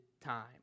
time